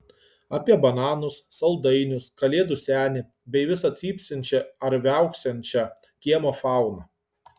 apie bananus saldainius kalėdų senį bei visą cypsinčią ar viauksinčią kiemo fauną